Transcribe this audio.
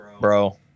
Bro